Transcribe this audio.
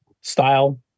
style